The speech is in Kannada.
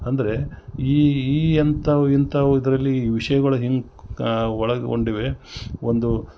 ಅಂದರೆ ಈ ಈ ಅಂಥವ್ ಇಂಥವ್ ಇದರಲ್ಲಿ ವಿಷಯಗಳು ಹೆಂಗೆ ಒಳಗೊಂಡೀವಿ ಒಂದು